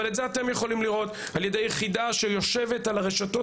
אתם יכולים לראות את זה על ידי יחידה שיושבת על הרשתות